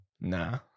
Nah